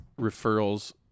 referrals